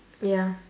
ya